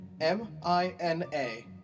M-I-N-A